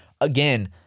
again